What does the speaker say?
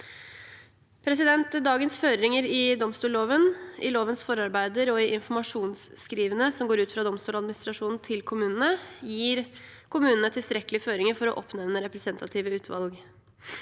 Dagens føringer i domstolloven, i lovens forarbeider og i informasjonsskrivene som går ut fra Domstoladministrasjonen til kommunene, gir kommunene tilstrekkelige føringer for å oppnevne representative utvalg.